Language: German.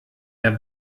der